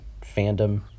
fandom